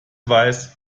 weiß